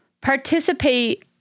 participate